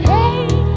Hey